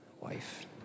Wife